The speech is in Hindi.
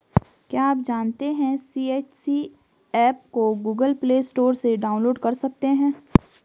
क्या आप जानते है सी.एच.सी एप को गूगल प्ले स्टोर से डाउनलोड कर सकते है?